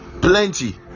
plenty